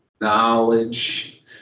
knowledge